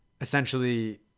essentially